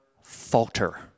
falter